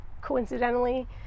coincidentally